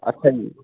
ਅੱਛਾ ਜੀ